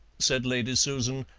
said lady susan,